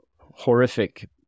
horrific